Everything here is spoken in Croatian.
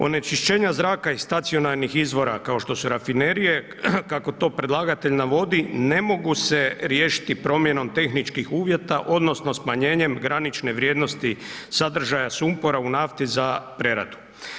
Onečišćenja zraka iz stacionarnih izvora, kao što su rafinerije, kako to predlagatelj navodi, ne mogu se riješiti promjenom tehničkih uvjeta, odnosno smanjenjem granične vrijednosti sadržaja sumpora u nafti za preradu.